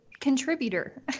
contributor